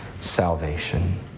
salvation